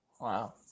Wow